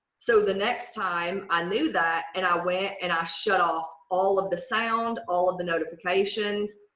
so the next time i knew that and i went and i shut off all of the sounds, all of the notifications,